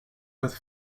with